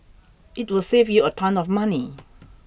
it will save you a ton of money